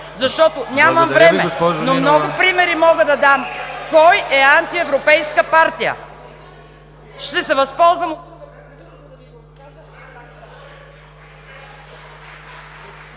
защото нямам време, но много примери мога да дам кой е антиевропейска партия. Ще се възползвам…